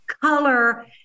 color